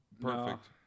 Perfect